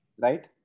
Right